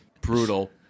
Brutal